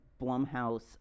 Blumhouse